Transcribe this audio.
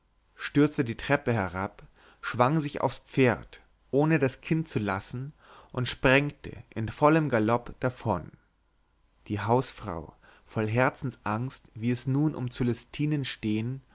stürzte die treppe herab schwang sich aufs pferd ohne das kind zu lassen und sprengte in vollem galopp davon die hausfrau voll herzensangst wie es nun um cölestinen stehen